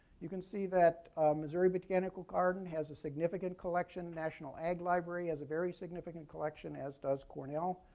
you can see that missouri botanical garden has a significant collection. national ag library has a very significant collection, as does cornell.